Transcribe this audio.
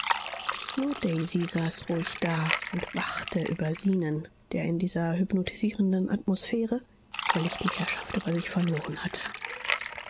nur daisy saß ruhig da und wachte über zenon der in dieser hypnotisierender atmosphäre völlig die herrschaft über sich verloren hatte